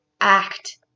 act